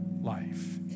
life